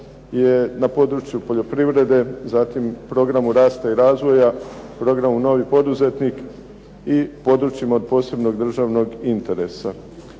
je na području poljoprivrede zatim programu rasta i razvoja, programu "Novi poduzetnik" i područjima od posebnog državnog interesa.